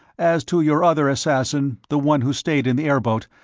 as to your other assassin, the one who stayed in the airboat,